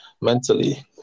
mentally